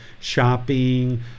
shopping